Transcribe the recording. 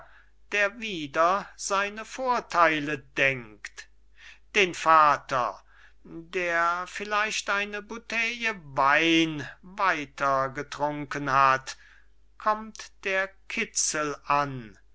der wider seine vortheile denkt den vater der vielleicht eine bouteille wein weiter getrunken hat kommt der kitzel an